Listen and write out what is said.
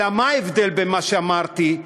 אלא מה ההבדל במה שאמרתי?